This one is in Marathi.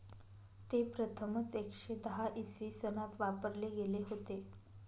ते प्रथमच एकशे दहा इसवी सनात वापरले गेले होते